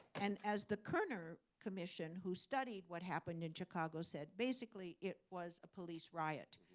and as the kerner commission, who studied what happened in chicago said, basically it was a police riot.